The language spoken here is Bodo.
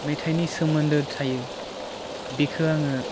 मेथाइनि सोमोनदो थायो बेखो आङो